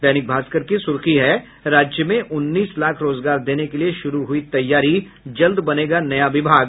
दैनिक भास्कर की सुर्खी है राज्य में उन्नीस लाख रोजगार देने के लिए शुरू हुई तैयारी जल्द बनेगा नया विभाग